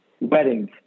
weddings